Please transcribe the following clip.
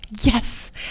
Yes